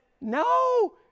no